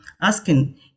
asking